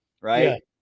right